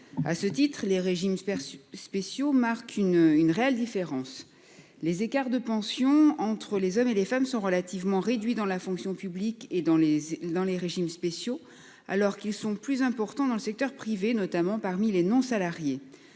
à ce titre-, les régimes spéciaux spéciaux marque une une réelle différence. Les écarts de pensions entre les hommes et les femmes sont relativement réduits dans la fonction publique et dans les, dans les régimes spéciaux, alors qu'ils sont plus importants dans le secteur privé notamment parmi les non salariés.